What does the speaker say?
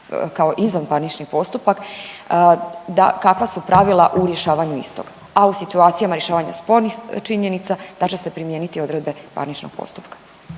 kao izvanparnični postupak da kakva su pravila u rješavanju istog, a u situacijama rješavanja spornih činjenica da će se primijeniti odredbe parničnog postupka.